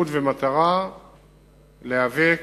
שליחות ומטרה להיאבק,